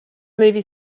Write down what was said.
movie